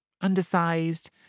undersized